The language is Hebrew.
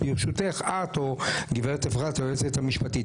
ברשותך, את או גב' אפרת היועצת המשפטית.